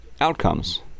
outcomes